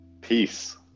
peace